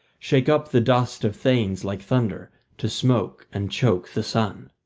shake up the dust of thanes like thunder to smoke and choke the sun?